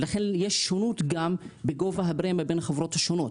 ולכן יש שינוי גם בגובה הפרמיה בין החברות השונות.